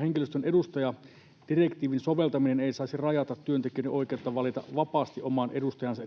henkilöstön edustaja, direktiivin soveltaminen ei saisi rajata työntekijöiden oikeutta valita vapaasti oman edustajansa.